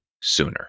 sooner